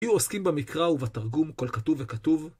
היו עוסקים במקרא ובתרגום, כל כתוב וכתוב.